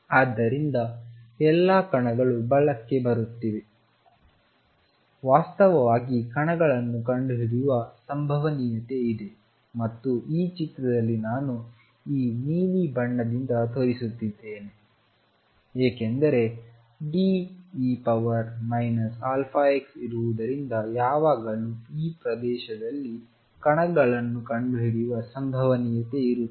ಆದ್ದರಿಂದ ಎಲ್ಲಾ ಕಣಗಳು ಬಲಕ್ಕೆ ಬರುತ್ತಿವೆ ವಾಸ್ತವವಾಗಿ ಕಣಗಳನ್ನು ಕಂಡುಹಿಡಿಯುವ ಸಂಭವನೀಯತೆ ಇದೆ ಮತ್ತು ಈ ಚಿತ್ರದಲ್ಲಿ ನಾನು ಈ ನೀಲಿ ಬಣ್ಣದಿಂದ ತೋರಿಸುತ್ತಿದ್ದೇನೆ ಏಕೆಂದರೆ De αx ಇರುವುದರಿಂದ ಯಾವಾಗಲೂ ಈ ಪ್ರದೇಶದಲ್ಲಿ ಕಣಗಳನ್ನು ಕಂಡುಹಿಡಿಯುವ ಸಂಭವನೀಯತೆ ಇರುತ್ತದೆ